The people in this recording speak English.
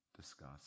discuss